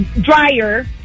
dryer